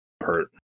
hurt